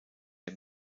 der